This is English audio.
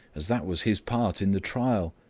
as that was his part in the trial,